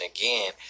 again